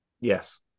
Yes